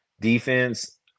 defense